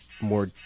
more